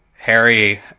Harry